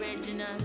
Original